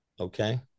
Okay